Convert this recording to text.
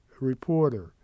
reporter